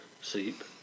sleep